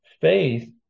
Faith